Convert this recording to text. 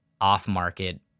off-market